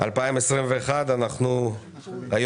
2021 ואני פותח את ישיבת ועדת הכספים.